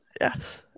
Yes